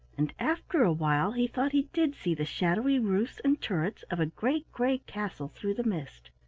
and after a while he thought he did see the shadowy roofs and turrets of a great gray castle through the mist.